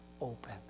open